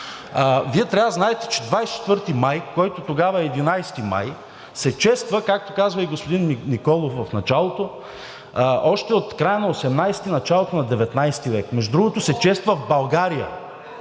Вие трябва да знаете, че 24 май, който тогава е 11 май, се чества, както казва и господин Николов в началото, още от края на XVIII и началото на XIX век. Между другото, чества се в България